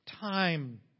Time